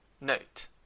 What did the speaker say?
Note